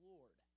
Lord